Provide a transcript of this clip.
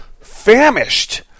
famished